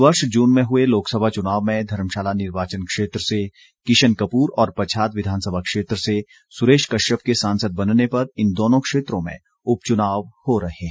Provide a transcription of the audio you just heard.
इस वर्ष जून में हुए लोकसभा चुनाव में धर्मशाला निर्वाचन क्षेत्र से किशन कपूर और पच्छाद विधानसभा क्षेत्र से सुरेश कश्यप के सांसद बनने पर इन दोनों क्षेत्रों में उपचुनाव हो रहे हैं